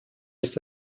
ist